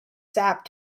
sap